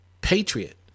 patriot